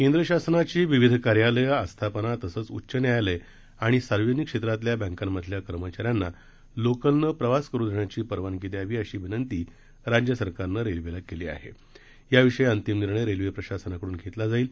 केंद्र शासनाची विविध कार्यालयं आस्थापना तसंच उच्च न्यायालय आणि सार्वजनिक क्षद्यातील बँकामधल्या कर्मचाऱ्यांना लोकलन प्रवास करु दष्ट्राची परवनागी द्यावी अशी अशी विनंती राज्य सरकारनं रस्विद्यी क्ली आहा व्वाविषयी अंतिम निर्णय रस्विप्रशासनाकडून घस्मा जाईल